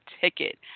ticket